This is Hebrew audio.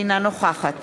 אינה נוכחת